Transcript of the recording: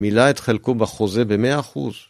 מילא את חלקו בחוזה ב-100%.